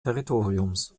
territoriums